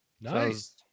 Nice